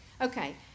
Okay